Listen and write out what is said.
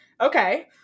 Okay